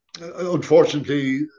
Unfortunately